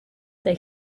they